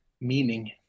meaning